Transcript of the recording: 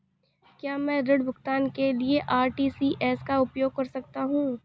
क्या मैं ऋण भुगतान के लिए आर.टी.जी.एस का उपयोग कर सकता हूँ?